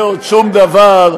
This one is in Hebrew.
זה עוד שום דבר,